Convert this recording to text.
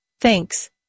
Thanks